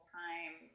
time